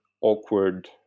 awkward